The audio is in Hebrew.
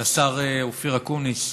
לשר אופיר אקוניס,